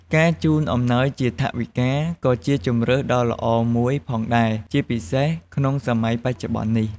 ការជូនអំណោយជា ថវិកា ក៏ជាជម្រើសដ៏ល្អមួយផងដែរ ជាពិសេសក្នុងសម័យបច្ចុប្បន្ននេះ។